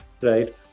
right